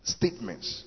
statements